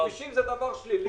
כבישים זה דבר שלילי,